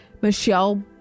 michelle